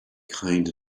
kind